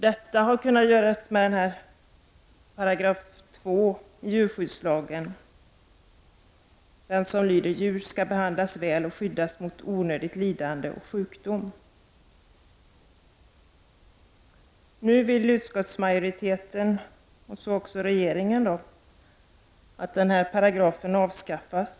Det kan ske med hjälp av 2§ i djurskyddslagen, som lyder: Djur skall behandlas väl och skyddas mot onödigt lidande och sjukdom. Nu vill utskottsmajoriteten och även regeringen att denna paragraf avskaffas.